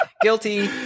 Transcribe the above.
Guilty